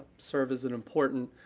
serve as an important,